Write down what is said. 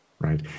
Right